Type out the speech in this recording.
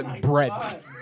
bread